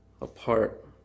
apart